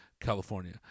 California